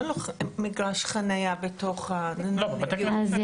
לא מגרש חניה בתוך --- אז,